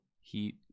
heat